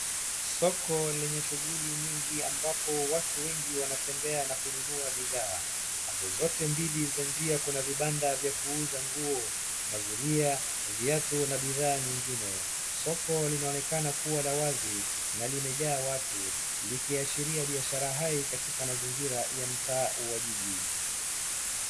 soko lenye shughuli nyingi ambapo watu wengi wanatembea na kununua bidhaa , pande zote mbili za njia kuna vibanda vya kuuza nguo, mazulia ,viatu na bidhaa zingine soko linaonekana kuwa la wazi na limejaa watu likiashiria bidhaa hai katika mazingira ya mtaa wa jiji